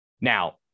Now